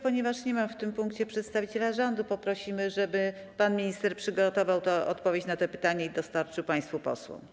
Ponieważ nie ma w tym punkcie przedstawiciela rządu, poprosimy, żeby pan minister przygotował odpowiedź na to pytanie i dostarczył państwu posłom.